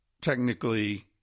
technically